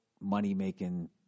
money-making